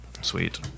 Sweet